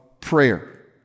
prayer